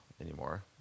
anymore